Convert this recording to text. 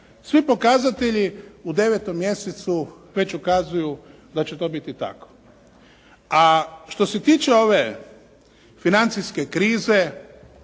Svi pokazatelji u 9. mjesecu već ukazuju da će to biti tako. A što se tiče ove financijske krize